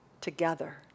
together